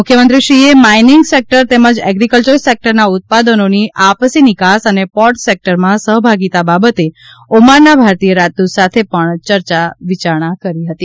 મુખ્યમંત્રીશ્રીએ mining sector તેમજ agriculture સેકટરના ઉત્પાદનોની આપસી નિકાસ અને પોર્ટ સેકટરમાં સહભાગીતા બાબતે ઓમાનના ભારતીય રાજદ્દત સાથે પણ વિચાર વિમર્શ કર્યો હતો